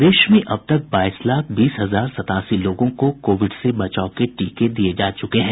प्रदेश में अब तक बाईस लाख बीस हजार सतासी लोगों को कोविड से बचाव के टीके दिये जा चुके हैं